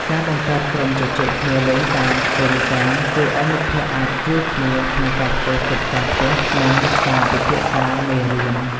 ការបង្កើតក្រុមជជែកគ្នាលេងតាមតេឡេក្រាមជួយឱ្យមិត្តភក្តិអាចជួយគ្នាក្នុងការធ្វើកិច្ចការផ្ទះនិងការពិភាក្សាមេរៀន។